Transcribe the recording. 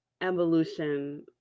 evolution